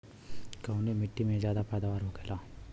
कवने मिट्टी में ज्यादा पैदावार होखेला?